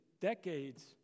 decades